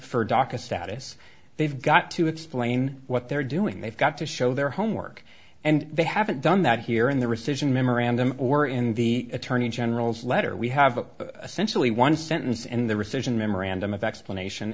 daca status they've got to explain what they're doing they've got to show their homework and they haven't done that here in the rescission memorandum or in the attorney general's letter we have essentially one sentence and the rescission memorandum of explanation